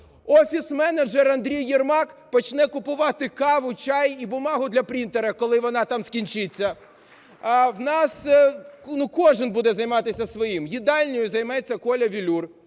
Офіс-менеджер Андрій Єрмак почне купувати каву, чай і бумагу для принтера, коли вона там скінчиться. У нас кожен буде займатися своїм. Їдальнею займається "Коля-Велюр".